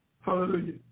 hallelujah